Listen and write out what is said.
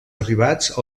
arribats